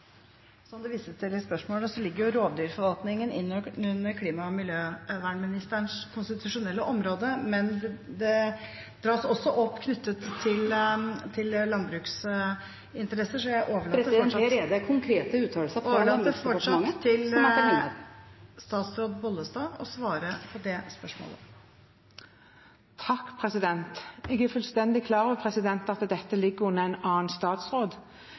Som det vises til i spørsmålet, ligger rovdyrforvaltningen inn under klima- og miljøministerens konstitusjonelle område, men det dras også opp knyttet til landbruksinteresser, så jeg overlater … Her er det konkrete uttalelser fra Landbruksdepartementet som jeg kan …… fortsatt til statsråd Vervik Bollestad å svare på det spørsmålet. Jeg er fullstendig klar over at dette ligger under en annen statsråd.